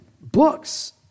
books